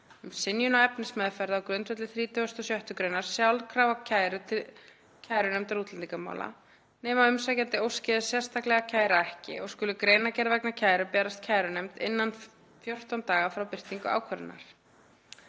um synjun á efnismeðferð á grundvelli 36. gr. sjálfkrafa kæru til kærunefndar útlendingamála nema umsækjandi óski þess sérstaklega að kæra ekki og skuli greinargerð vegna kæru berast kærunefnd innan 14 daga frá birtingu ákvörðunar.